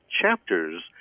chapters